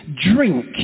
drink